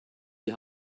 die